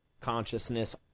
consciousness